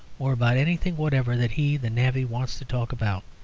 or about anything whatever that he, the navvy, wants to talk about.